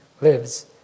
lives